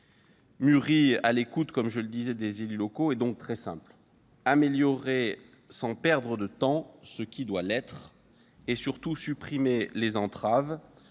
mûrie à l'écoute des élus locaux, est donc très simple : améliorer sans perdre de temps ce qui doit l'être et, surtout, supprimer les entraves,